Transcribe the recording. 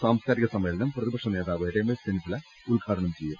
സാംസ്കാരിക സമ്മേളനം പ്രതിപക്ഷ നേതാവ് രമേശ് ചെന്നിത്തല ഉദ്ഘാടനം ചെയ്യും